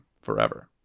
forever